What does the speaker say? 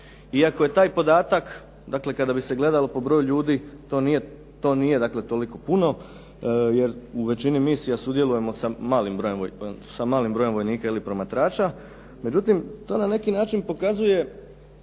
iako je taj podatak dakle kada bi se gledalo po broju ljudi to nije toliko puno jer u većini misija sudjelujemo sa malim brojem vojnika ili promatrača. Međutim, to na neki način pokazuje